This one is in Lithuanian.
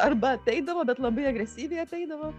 arba ateidavo bet labai agresyviai ateidavo